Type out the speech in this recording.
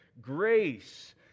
grace